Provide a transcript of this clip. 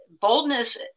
boldness